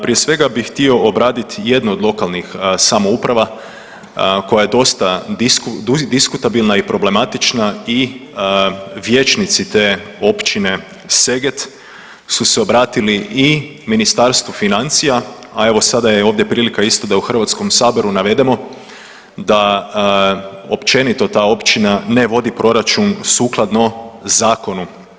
Prije svega bih htio obradit jednu od lokalnih samouprava koja je dosta diskutabilna i problematična i vijećnici te općine Seget su se obratili i Ministarstvu financija, a evo sada je ovdje prilika isto da u Hrvatskom saboru navedemo da općenito ta općina ne vodi proračun sukladno zakonu.